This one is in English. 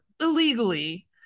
illegally